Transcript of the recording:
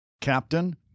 Captain